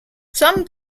some